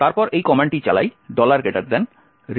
তারপর এই কমান্ডটি চালাই readelf H helloo